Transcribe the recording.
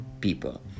people